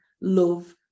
love